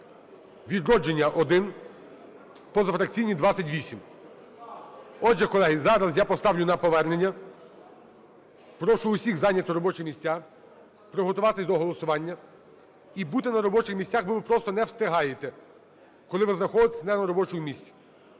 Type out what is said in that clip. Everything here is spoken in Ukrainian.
"Відродження" – 1, позафракційні – 28. Отже, колеги, зараз я поставлю на повернення. Прошу всіх зайняти робочі місця, приготуватися до голосування і бути на робочих місцях, бо ви просто не встигаєте, коли ви знаходитесь не на робочому місці.